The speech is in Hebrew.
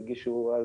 הגישו אז